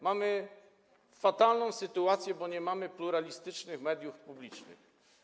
Mamy fatalną sytuację, bo nie mamy pluralistycznych mediów publicznych.